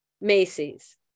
Macy's